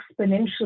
exponentially